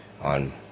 on